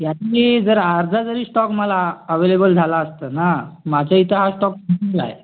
यातनं जर अर्धा जरी स्टाॅक मला अवेलेबल झाला असता ना माझ्या इथं हा स्टाॅक संपला आहे